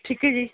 ਠੀਕ ਹੈ ਜੀ